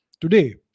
today